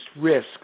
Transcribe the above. risk